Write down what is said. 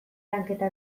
lanketa